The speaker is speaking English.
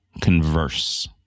converse